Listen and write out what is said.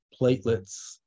platelets